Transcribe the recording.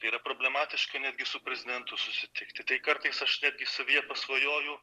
yra problematiška netgi su prezidentu susitikti tai kartais aš netgi savyje pasvajoju